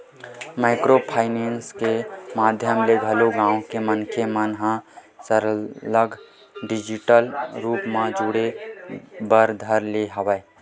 micro finance के माधियम ले घलो गाँव के मनखे मन ह सरलग डिजिटल रुप ले जुड़े बर धर ले हवय